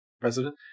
president